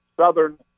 southern